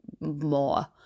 more